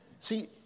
See